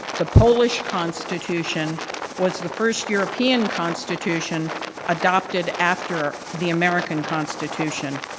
the polish constitution was the first european constitution adopted after the american constitution.